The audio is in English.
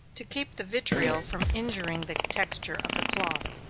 to keep the vitriol from injuring the texture of the cloth.